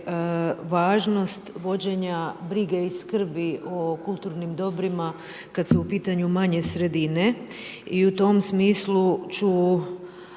važnost vođenja brige i skrbi o kulturnim dobrima kad su u pitanju manje sredine i u tom smislu ću